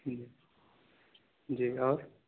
جی جی اور